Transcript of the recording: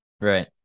Right